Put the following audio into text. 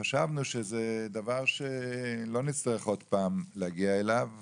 חשבנו שזה דבר שלא נצטרך להגיע אליו עוד פעם,